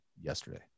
yesterday